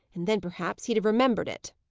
and then, perhaps, he'd have remembered it!